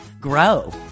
grow